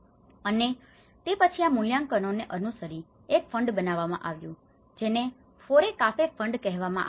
અને તે પછી આ મૂલ્યાંકનોને અનુસરીને એક ફંડ બનાવવામાં આવ્યું જેને ફોરેકાફે ફંડ કહેવામાં આવે છે